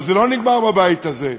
אבל זה לא נגמר בבית הזה,